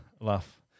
laugh